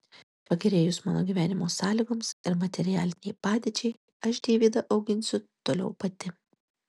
pagerėjus mano gyvenimo sąlygoms ir materialinei padėčiai aš deivydą auginsiu toliau pati